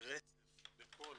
רצף בכל